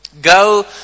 Go